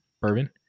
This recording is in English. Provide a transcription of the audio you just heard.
bourbon